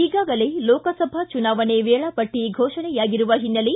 ಈಗಾಗಲೇ ಲೋಕಸಭಾ ಚುನಾವಣೆ ವೇಳಾಪಟ್ಟ ಘೋಷಣೆಯಾಗಿರುವ ಹಿನ್ನಲೆ